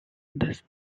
thus